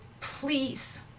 please